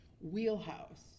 wheelhouse